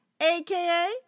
aka